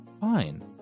fine